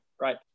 right